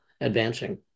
advancing